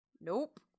Nope